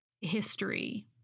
history